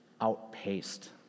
outpaced